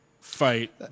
fight